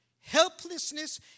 helplessness